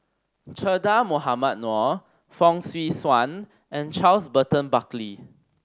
Che Dah Mohamed Noor Fong Swee Suan and Charles Burton Buckley